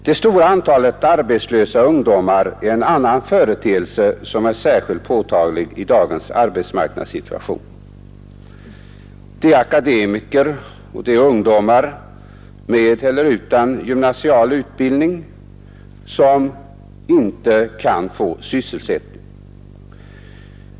Det stora antalet arbetslösa ungdomar är en annan särskilt påtaglig företeelse i dagens arbetsmarknadssituation. Det är akademiker och ungdomar med eller utan gymnasial utbildning som inte kan få sysselsättning.